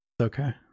okay